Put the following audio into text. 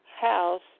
house